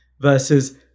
versus